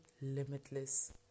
limitless